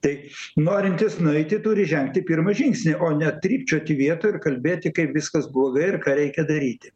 tai norintis nueiti turi žengti pirmą žingsnį o ne trypčioti vietoj ir kalbėti kaip viskas blogai ir ką reikia daryti